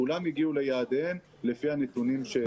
כולן הגיעו ליעדיהן לפי הנתונים של השנה.